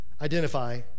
identify